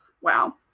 Wow